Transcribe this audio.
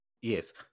Yes